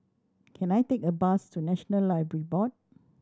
can I take a bus to National Library Board